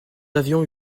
avions